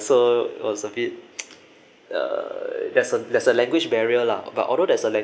so was a bit err there's a there's a language barrier lah but although there's a